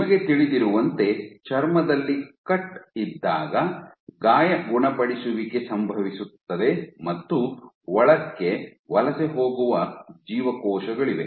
ನಿಮಗೆ ತಿಳಿದಿರುವಂತೆ ಚರ್ಮದಲ್ಲಿ ಸೀಳು ಇದ್ದಾಗ ಗಾಯ ಗುಣಪಡಿಸುವಿಕೆ ಸಂಭವಿಸುತ್ತದೆ ಮತ್ತು ಒಳಕ್ಕೆ ವಲಸೆ ಹೋಗುವ ಜೀವಕೋಶಗಳಿವೆ